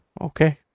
okay